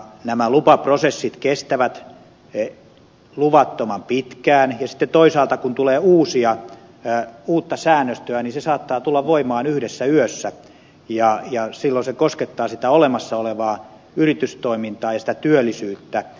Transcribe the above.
nämä lupaprosessit kestävät luvattoman pitkään ja sitten toisaalta kun tulee uutta säännöstöä niin se saattaa tulla voimaan yhdessä yössä ja silloin se koskettaa sitä olemassa olevaa yritystoimintaa ja sitä työllisyyttä